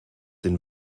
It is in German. den